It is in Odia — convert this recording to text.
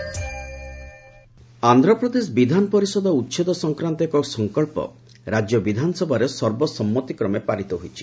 ଏପି ଆସେୟଲି ଆନ୍ଧ୍ରପ୍ରଦେଶ ବିଧାନ ପରିଷଦ ଉଚ୍ଛେଦ ସଂକ୍ରାନ୍ତ ଏକ ସଂକଳ୍ପ ରାଜ୍ୟ ବିଧାନସଭାରେ ସର୍ବସମ୍ମତିକ୍ମେ ପାରିତ ହୋଇଛି